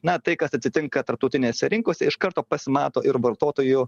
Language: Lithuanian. na tai kas atsitinka tarptautinėse rinkose iš karto pasimato ir vartotojų